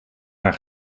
haar